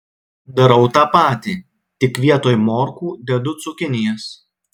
darau tą patį tik vietoj morkų dedu cukinijas